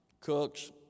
cooks